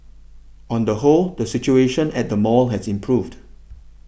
on the whole the situation at the mall has improved